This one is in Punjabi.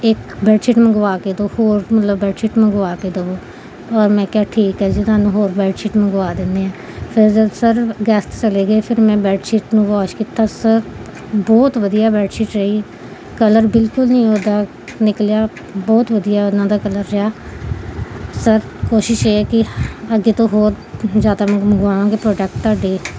ਇੱਕ ਬੈਡ ਸ਼ੀਟ ਮੰਗਵਾ ਕੇ ਦਿਓ ਹੋਰ ਮਤਲਬ ਬੈਡ ਸ਼ੀਟ ਮੰਗਵਾ ਕੇ ਦਿਓ ਔਰ ਮੈਂ ਕਿਹਾ ਠੀਕ ਹੈ ਜੀ ਤੁਹਾਨੂੰ ਹੋਰ ਬੈਡ ਸ਼ੀਟ ਮੰਗਵਾ ਦਿੰਦੇ ਹਾਂ ਫਿਰ ਜਦ ਸਰ ਗੈਸਟ ਚਲੇ ਗਏ ਫਿਰ ਮੈਂ ਬੈਡ ਸ਼ੀਟ ਨੂੰ ਵੋਸ਼ ਕੀਤਾ ਸਰ ਬਹੁਤ ਵਧੀਆ ਬੈਡ ਸ਼ੀਟ ਰਹੀ ਕਲਰ ਬਿਲਕੁਲ ਨਹੀਂ ਉਹਦਾ ਨਿਕਲਿਆ ਬਹੁਤ ਵਧੀਆ ਉਹਨਾਂ ਦਾ ਕਲਰ ਰਿਹਾ ਸਰ ਕੋਸ਼ਿਸ਼ ਇਹ ਹੈ ਕਿ ਅੱਗੇ ਤੋਂ ਹੋਰ ਜ਼ਿਆਦਾ ਮੰਗਵਾਵਾਂਗੇ ਪ੍ਰੋਡਕ ਤੁਹਾਡੇ